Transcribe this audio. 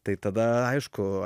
tai tada aišku